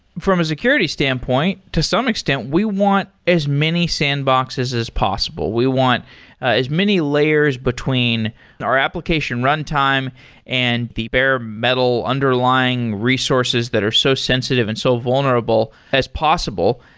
from a security standpoint, to some extent, we want as many sandboxes as possible. we want as many layers between our application runtime and the bare metal underlying resources that are so sensitive and so vulnerable as possible.